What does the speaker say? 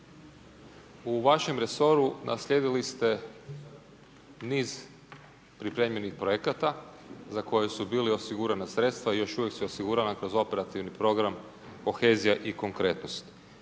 U važem resoru naslijedili ste niz pripremljenih projekata, za koju su bili osigurana sredstva i još uvijek su osigurana kroz operativni program kohezija i konkurentnosti.